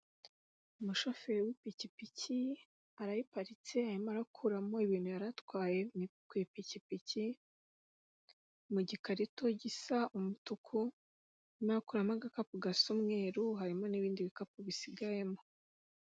Umushoferi w'ipikipiki arayiparitse arimo akuramo ibintu yari atwaye ku ipikipiki, mu gikarito gisa umutuku arimo arakuramo agakapu gasa umweru, harimo n'ibindi bikapu bisigayemo.